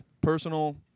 personal